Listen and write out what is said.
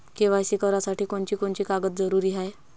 KYC करासाठी कोनची कोनची कागद जरुरी हाय?